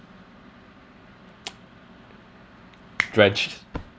drenched